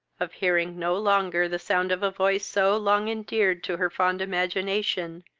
of hearing no longer the sound of a voice so long endeared to her fond imagination,